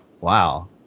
Wow